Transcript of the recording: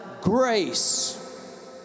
grace